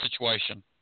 situation